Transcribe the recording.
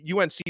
UNC